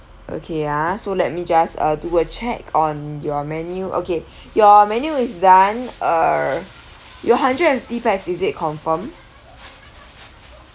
okay ah so let me just uh do a check on your menu okay your menu is done err your hundred and fifty pax is it confirm